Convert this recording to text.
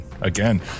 Again